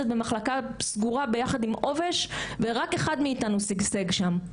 במחלקה סגורה ביחד עם עובש ורק אחד מאיתנו שגשג שם.